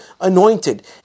anointed